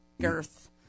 girth